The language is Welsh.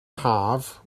haf